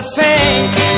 face